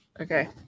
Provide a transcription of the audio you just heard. Okay